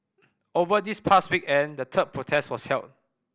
over this past weekend the third protest was held